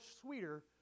sweeter